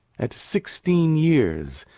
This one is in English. at sixteen years,